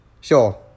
Sure